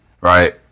Right